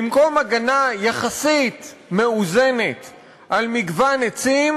במקום הגנה יחסית מאוזנת על מגוון עצים,